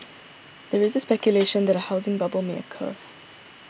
there is speculation that a housing bubble may occur